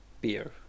beer